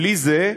בלי זה,